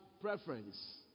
preference